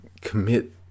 commit